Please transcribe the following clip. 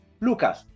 Lucas